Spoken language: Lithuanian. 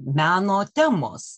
meno temos